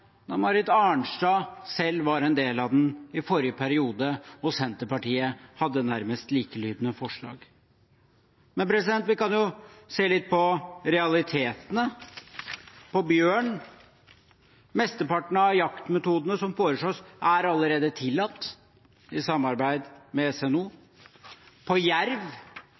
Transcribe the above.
da Marit Arnstad selv var en del av den i forrige periode, da Senterpartiet hadde nærmest likelydende forslag. Vi kan se litt på realitetene. Når det gjelder bjørn, er mesteparten av jaktmetodene som foreslås, allerede tillatt – i samarbeid med SNO. Når det gjelder jerv,